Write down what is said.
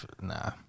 Nah